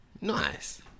Nice